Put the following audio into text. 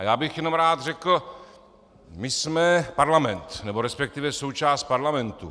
Já bych jenom rád řekl my jsme Parlament, respektive součást Parlamentu.